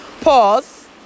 pause